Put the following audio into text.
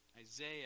Isaiah